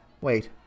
wait